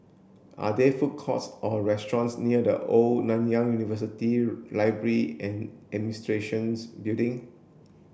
are there food courts or restaurants near The Old Nanyang University Library and Administrations Building